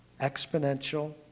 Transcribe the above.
exponential